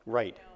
right